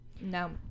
no